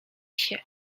się